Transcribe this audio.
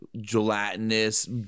gelatinous